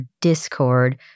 Discord